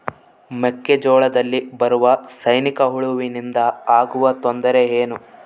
ಮೆಕ್ಕೆಜೋಳದಲ್ಲಿ ಬರುವ ಸೈನಿಕಹುಳುವಿನಿಂದ ಆಗುವ ತೊಂದರೆ ಏನು?